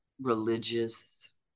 religious